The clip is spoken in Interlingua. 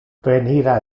venira